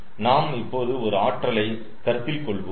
நாம் இப்போது ஒரு ஆற்றலை கருத்தில் கொள்வோம்